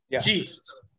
Jesus